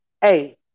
hey